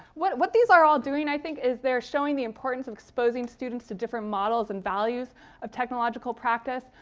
what what these are all doing, i think, is they're showing the importance of exposing students to different models and values of technological practice.